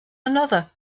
another